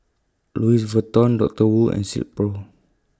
Louis Vuitton Dr Wu and Silkpro